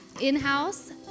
in-house